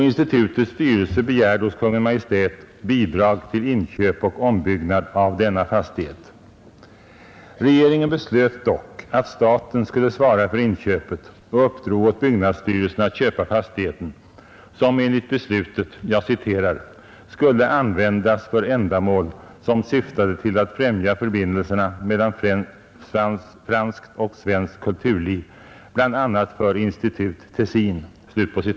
Institutets styrelse begärde hos Kungl. Maj:t bidrag till inköp och ombyggnad av denna fastighet. Regeringen beslöt dock att staten skulle svara för inköpet och uppdrog åt byggnadsstyrelsen att köpa fastigheten, som enligt beslutet ”skulle användas för ändamål som syftade till att främja förbindelserna mellan franskt och svenskt kulturliv, bl.a. för Institut Tessin”.